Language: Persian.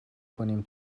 کنیم